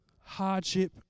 Hardship